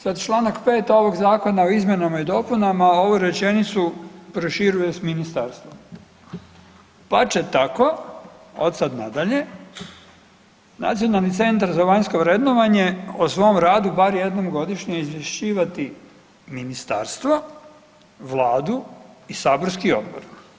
Sad čl. 5. ovog zakona o izmjenama i dopunama ovu rečenicu proširuje s ministarstvom, pa će tako od sad, pa nadalje Nacionalni centar za vanjsko vrednovanje o svom radu bar jednom godišnje izvješćivati ministarstvo, vladu i saborski odbor.